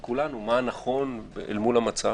בין כולנו, מה נכון אל מול המצב.